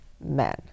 men